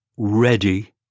ready